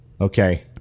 Okay